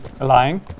Lying